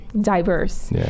diverse